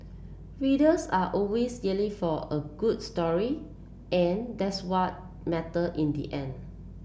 readers are always yearning for a good story and that's what matter in the end